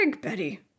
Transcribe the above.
Betty